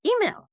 email